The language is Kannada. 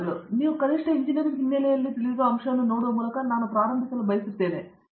ಹಾಗಾಗಿ ನೀವು ಕನಿಷ್ಟ ಎಂಜಿನಿಯರಿಂಗ್ ಹಿನ್ನಲೆಯಲ್ಲಿ ತಿಳಿದಿರುವ ಅಂಶವನ್ನು ನೋಡುವ ಮೂಲಕ ನಾನು ಪ್ರಾರಂಭಿಸಲು ಬಯಸುತ್ತೇನೆ